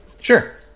Sure